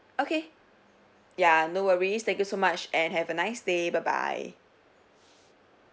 okay ya no worries thank you so much and have a nice day bye bye